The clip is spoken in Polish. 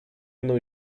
mną